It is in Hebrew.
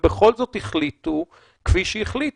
ובכל זאת החליטו כפי שהחליטו.